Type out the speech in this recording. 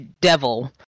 Devil